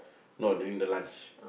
no during the lunch